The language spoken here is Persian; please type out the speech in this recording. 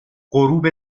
غروب